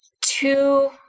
two